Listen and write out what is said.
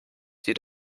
sie